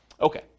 Okay